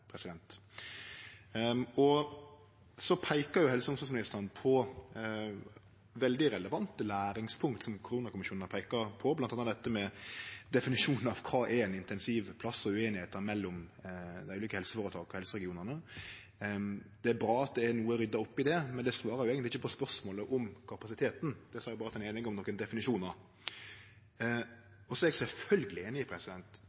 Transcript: klare målet. Så peikar helse- og omsorgsministeren på veldig relevante læringspunkt som koronakommisjonen har peika på, bl.a. dette med definisjonar av kva ein intensivplass er, og ueinigheiter mellom dei ulike helseføretaka og helseregionane. Det er bra at det no er rydda opp i det, men det svarar eigentleg ikkje på spørsmålet om kapasiteten, det seier berre at ein er einig om nokre definisjonar.